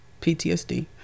ptsd